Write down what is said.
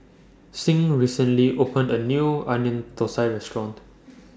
Signe recently opened A New Onion Thosai Restaurant